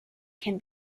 can